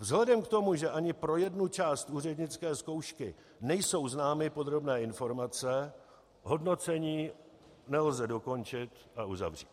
Vzhledem k tomu, že ani pro jednu část úřednické zkoušky nejsou známy podrobné informace, hodnocení nelze dokončit a uzavřít.